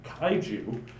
kaiju